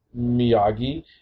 miyagi